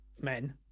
men